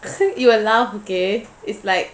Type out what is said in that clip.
since you allow okay is like